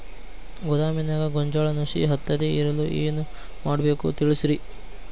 ಗೋದಾಮಿನ್ಯಾಗ ಗೋಂಜಾಳ ನುಸಿ ಹತ್ತದೇ ಇರಲು ಏನು ಮಾಡಬೇಕು ತಿಳಸ್ರಿ